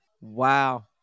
Wow